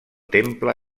temple